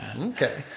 Okay